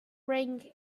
ring